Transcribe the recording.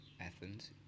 Athens